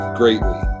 greatly